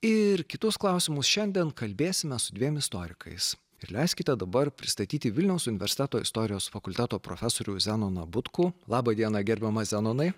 ir kitus klausimus šiandien kalbėsime su dviem istorikais ir leiskite dabar pristatyti vilniaus universiteto istorijos fakulteto profesorių zenoną butkų laba diena gerbiamas zenonai